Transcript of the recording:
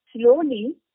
Slowly